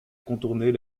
contourner